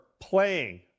playing